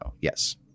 yes